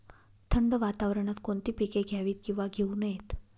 थंड वातावरणात कोणती पिके घ्यावीत? किंवा घेऊ नयेत?